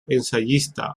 ensayista